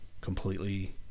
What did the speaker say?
completely